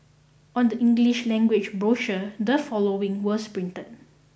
on the English language brochure the following was printed